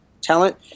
talent